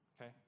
okay